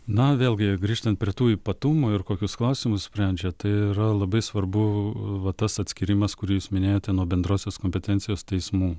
na vėlgi grįžtant prie tų ypatumų ir kokius klausimus sprendžia tai yra labai svarbu va tas atskyrimas kurį jūs minėjote nuo bendrosios kompetencijos teismų